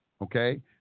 okay